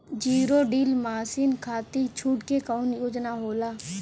Zero till machine खाती छूट के कवन योजना होला?